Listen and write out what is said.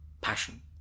passion